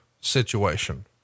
situation